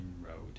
road